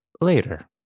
later